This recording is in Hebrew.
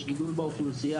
יש גידול באוכלוסייה.